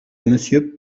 monsieur